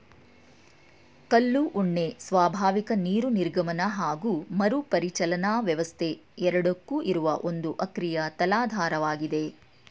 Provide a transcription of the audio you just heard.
ಕಲ್ಲು ಉಣ್ಣೆ ಸ್ವಾಭಾವಿಕ ನೀರು ನಿರ್ಗಮನ ಹಾಗು ಮರುಪರಿಚಲನಾ ವ್ಯವಸ್ಥೆ ಎರಡಕ್ಕೂ ಇರುವ ಒಂದು ಅಕ್ರಿಯ ತಲಾಧಾರವಾಗಿದೆ